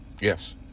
Yes